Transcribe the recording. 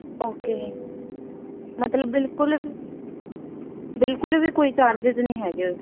okay ਮਤਲਬ ਬਿਲਕੁਲ ਬਿਲਕੁਲ ਵੀ ਕੋਈ ਚਾਰਜਿਜ ਨਹੀਂ ਹੈਗੇ